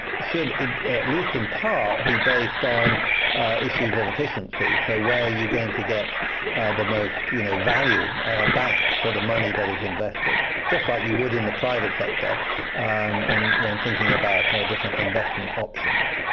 should it at least in part be based on issues of efficiency? so where are you going to get the most you know value back for the money that is invested? just like you would in the private sector and when thinking about different investment options.